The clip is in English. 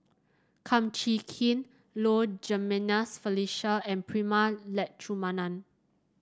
Kum Chee Kin Low Jimenez Felicia and Prema Letchumanan